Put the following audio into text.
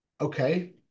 okay